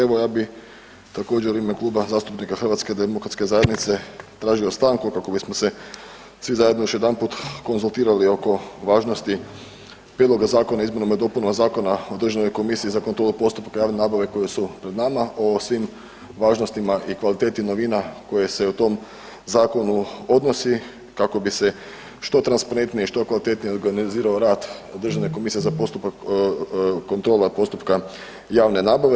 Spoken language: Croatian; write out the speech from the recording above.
Evo ja bi također u ime Kluba zastupnika HDZ-a tražio stanku kako bismo se svi zajedno još jedanput konzultirali oko važnosti Prijedloga zakona o izmjenama i dopunama Zakona o državnoj komisiji za kontrolu postupaka javne nabave koje su pred nama, o svim važnostima i kvaliteti novina koje se u tom zakonu odnosi kako bi se što transparentnije i što kvalitetnije organizirao rad Državne komisije za postupak, kontrola postupka javne nabave.